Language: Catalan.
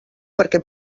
perquè